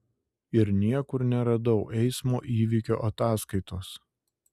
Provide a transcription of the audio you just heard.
ir niekur neradau eismo įvykio ataskaitos